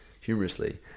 Humorously